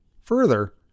Further